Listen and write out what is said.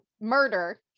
murder